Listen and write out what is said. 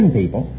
people